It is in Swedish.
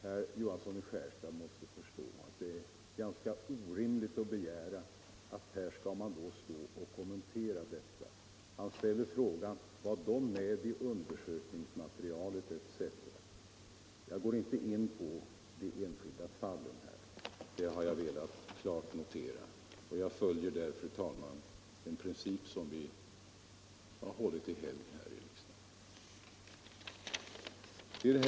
Herr Johansson i Skärstad måste förstå att det är orimligt att begära att jag skall kommentera detta. Han frågar om de var med i undersökningsmaterialet etc. Jag går inte in på de enskilda fallen. Det vill jag understryka, och jag följer här, fru talman, den princip vi hållit i helgd i riksdagen.